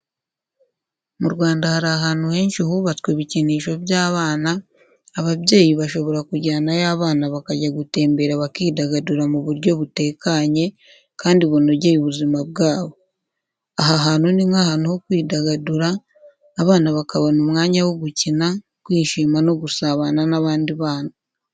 Mu Rwanda hari ahantu henshi hubatswe ibikinisho by’abana, ababyeyi bashobora kujyanayo abana bakajya gutembera bakidagadura mu buryo butekanye kandi bunogeye ubuzima bwabo. Aha hantu ni nk’ahantu ho kwidagadura, abana bakabona umwanya wo gukina, kwishima no gusabana n’abandi bana.